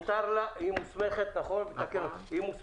מותר לה, היא מוסמכת והכל כתוב.